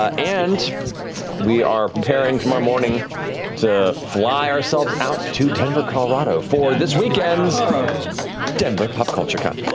ah and we are preparing tomorrow morning to fly ourselves out to denver, colorado for this weekend's denver pop culture con.